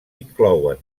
inclouen